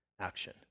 action